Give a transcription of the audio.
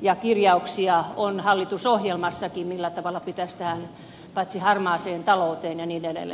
ja kirjauksia on hallitusohjelmassakin millä tavalla pitäisi harmaaseen talouteen ja niin edelleen